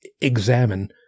examine